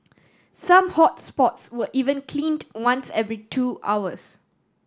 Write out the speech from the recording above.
some hot spots were even cleaned once every two hours